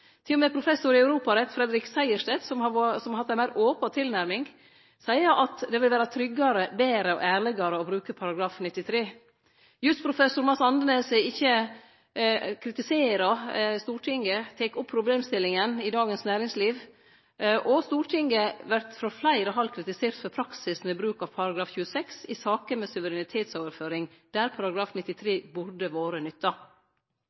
professor i europarett Fredrik Sejersted, som har hatt ei open tilnærming, seier at det vil vere tryggare, betre og ærlegare å bruke § 93. Jusprofessor Mads Andenæs kritiserer Stortinget og tek opp problemstillinga i Dagens Næringsliv, og Stortinget vert frå fleire hald kritisert for praksisen ved bruk av § 26 i saker om suverenitetsoverføring der § 93 burde ha vore nytta.